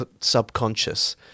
subconscious